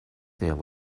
there